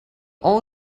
all